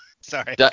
Sorry